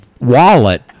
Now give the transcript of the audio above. wallet